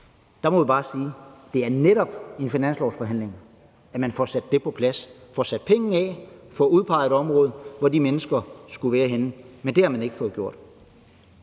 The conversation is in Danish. Der må vi bare sige, at det netop er i en finanslovsforhandling, man får sat det på plads, at man får sat pengene af, at man får udpeget et område, hvor de mennesker skulle være henne, men det har man ikke fået gjort.